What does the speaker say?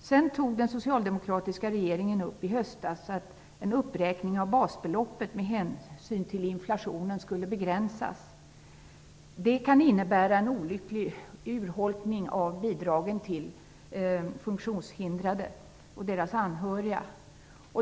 föreslog den socialdemokratiska regeringen att en uppräkning av basbeloppen skulle begränsas med hänsyn till inflationen. Det kan innebära en olycklig urholkning av bidragen till de funktionshindrade och deras anhöriga.